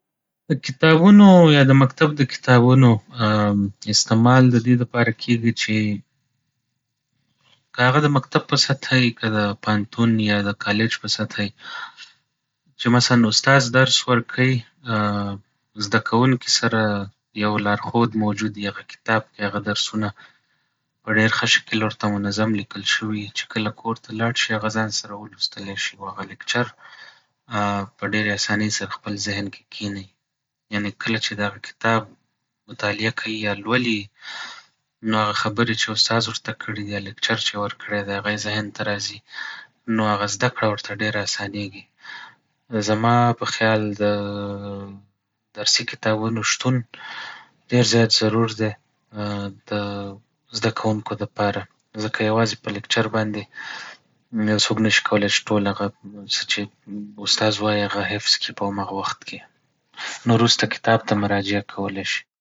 د کتابونو يا د مکتب د کتابونو استعمال د دې دپاره کيږي چې که هغه د مکتب په سطحه وي، که د پوهنتون يا د کالج په سطحه وي. چې مثلا استاذ درسره ورکوي، زده کوونکي سره يو لارښود موجود وي هغه کتاب کې هغه درسونه په ډېر ښه شکل ورته منظم ليکل شوی. چې کله کور ته لاړ شي هغه ځان سره ولوستلی شي او هغه ليکچر په ډېرې اسانۍ سره خپل ذهن کې کينوي. يعنې کله چې دغه کتاب مطالعه کوي يا لولي يې نو هغه خبرې چې استاذ ورته کړي دي، هغه ليکچر چې يې ورکړی دی هغه يې ذهن ته راځي نو هغه زده کړه ورته ډېره اسانيږي. زما په خيال د درسي کتابونو شتون ډېر زیات ضرور دی د زده کوونکو دپاره ځکه يوازې په لیکچر باندې يو څوک نه شي کولی چې ټول هغه څه چې استاذ وايي هغه حفظ کړي په همغه وخت کې، نو وروسته کتاب ته مراجعه کولی شي.